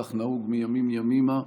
כך נהוג מימים ימימה.